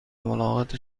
ملاقات